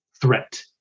threat